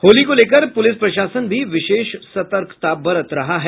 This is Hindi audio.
होली को लेकर पुलिस प्रशासन भी विशेष सतर्कता बरत रहा है